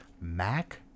Mac